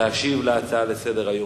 להשיב על ההצעה לסדר-היום.